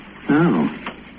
No